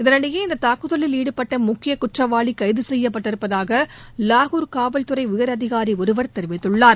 இதனிடையே இந்தத் தாக்குதலில் ஈடுபட்ட முக்கியக் குற்றவாளி கைது செய்யப்பட்டிருப்பதாக லாகூர் காவல்துறை உயர் அதிகாரி ஒருவர் தெரிவித்துள்ளார்